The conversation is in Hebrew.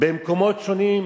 במקומות שונים,